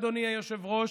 אדוני היושב-ראש,